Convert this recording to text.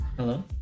Hello